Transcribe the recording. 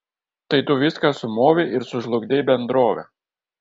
tai tu viską sumovei ir sužlugdei bendrovę